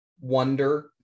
wonder